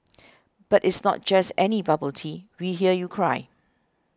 but it's not just any bubble tea we hear you cry